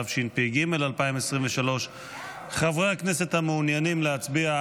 התשפ"ג 2023. חברי הכנסת המעוניינים להצביע,